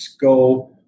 go